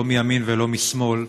לא מימין ולא משמאל,